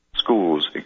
schools